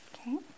okay